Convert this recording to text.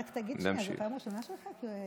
תגיד, זאת פעם ראשונה שלך?